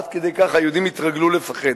עד כדי כך היהודים התרגלו לפחד.